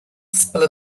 spill